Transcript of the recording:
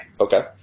Okay